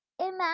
Imagine